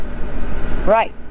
Right